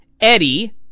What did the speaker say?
Eddie